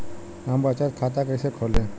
हम बचत खाता कइसे खोलीं?